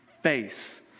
face